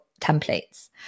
templates